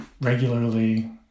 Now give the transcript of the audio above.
regularly